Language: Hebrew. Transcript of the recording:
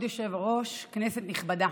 כבוד היושב-ראש, כנסת נכבדה,